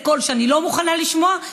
זה קול שאני לא מוכנה לשמוע,